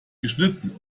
geschnitten